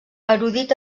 erudit